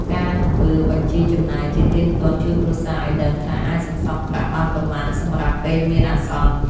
ការធ្វើបញ្ជីចំណាយជាទៀងទាត់ជួយគ្រួសារឲ្យដឹងថាអាចសន្សំប្រាក់បានប៉ុន្មានសម្រាប់ពេលមានអាសន្ន។